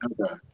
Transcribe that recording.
okay